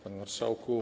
Panie Marszałku!